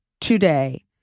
today